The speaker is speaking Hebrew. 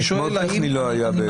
אתמול טכני לא היה.